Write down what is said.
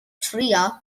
trio